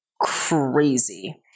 crazy